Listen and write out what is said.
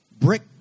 Brick